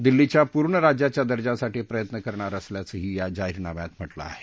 दिल्लीच्या पूर्ण राज्याच्या दर्जासाठी प्रयत्न करणार असल्याचही या जाहिरनाम्यात म्हटलं आहे